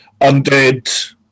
Undead